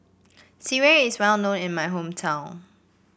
sireh is well known in my hometown